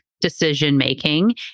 decision-making